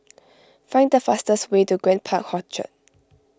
find the fastest way to Grand Park Orchard